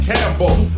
Campbell